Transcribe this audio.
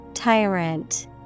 Tyrant